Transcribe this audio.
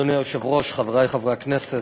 אדוני היושב-ראש, חברי חברי הכנסת,